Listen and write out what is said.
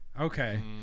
Okay